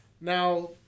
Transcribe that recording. Now